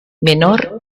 menor